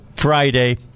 Friday